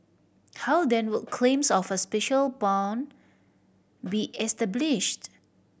how then would claims of a special bond be established